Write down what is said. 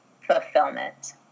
fulfillment